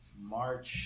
March